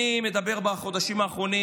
בחודשים האחרונים,